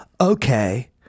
okay